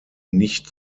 nicht